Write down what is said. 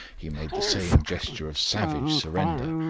he made the same gesture of savage surrender.